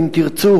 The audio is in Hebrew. אם תרצו,